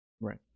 Right